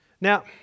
Now